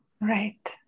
Right